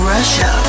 Russia